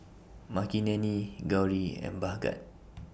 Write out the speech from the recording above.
Makineni Gauri and Bhagat